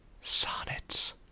Sonnets